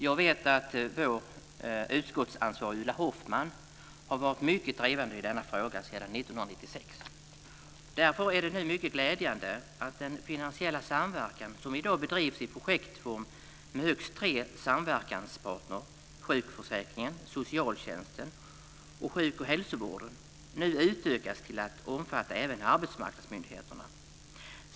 Jag vet att vår utskottsansvariga Ulla Hoffmann har varit mycket drivande i denna fråga sedan 1996. Därför är det nu mycket glädjande att den finansiella samverkan som i dag bedrivs i projektform med högst tre samverkanspartner - sjukförsäkringen, socialtjänsten och sjuk och hälsovården - nu utökas till att omfatta även arbetsmarknadsmyndigheterna.